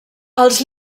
els